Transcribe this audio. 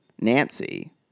Nancy